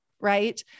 right